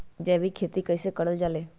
जैविक खेती कई से करल जाले?